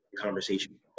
conversation